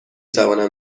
توانم